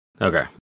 Okay